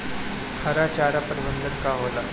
हरा चारा प्रबंधन का होला?